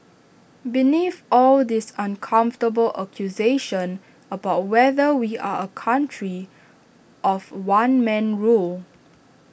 beneath all this uncomfortable accusation about whether we are A country of one man rule